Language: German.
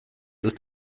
ist